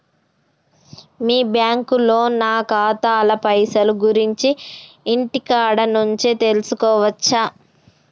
మీ బ్యాంకులో నా ఖాతాల పైసల గురించి ఇంటికాడ నుంచే తెలుసుకోవచ్చా?